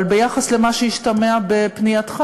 אבל ביחס למה שהשתמע בפנייתך,